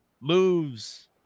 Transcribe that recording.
moves